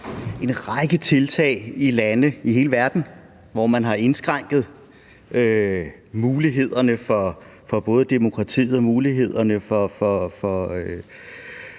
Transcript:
en række tiltag i lande i hele verden, hvor man både har indskrænket mulighederne for demokratiet og mulighederne for